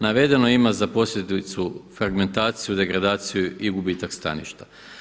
Navedeno ima za posljedicu fragmentaciju, degradaciju i gubitak staništa.